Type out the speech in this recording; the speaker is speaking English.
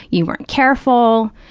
you weren't careful,